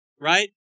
Right